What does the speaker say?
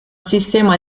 sistema